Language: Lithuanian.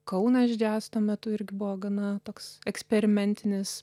kaunas džiaz tuo metu irgi buvo gana toks eksperimentinis